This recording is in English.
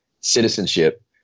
citizenship